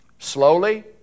Slowly